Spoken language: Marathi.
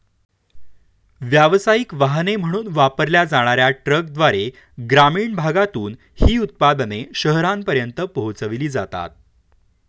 व्यावसायिक वाहने म्हणून वापरल्या जाणार्या ट्रकद्वारे ग्रामीण भागातून ही उत्पादने शहरांपर्यंत पोहोचविली जातात